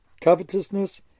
covetousness